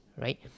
right